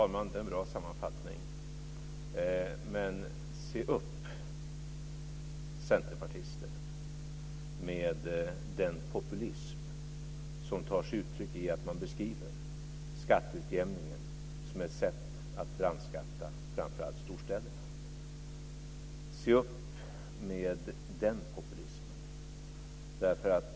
Fru talman! Det är en bra sammanfattning. Men se upp, centerpartister, med den populism som tar sig uttryck i att man beskriver skatteutjämningen som ett sätt att brandskatta framför allt storstäderna! Se upp med den populismen!